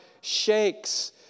shakes